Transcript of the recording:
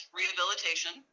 rehabilitation